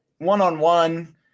one-on-one